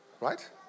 right